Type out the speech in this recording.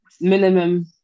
minimum